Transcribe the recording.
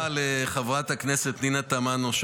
תודה רבה לחברת הכנסת פנינה תמנו.